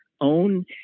own